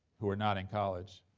who are not in college,